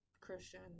Christian